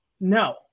no